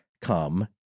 come